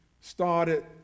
started